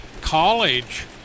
college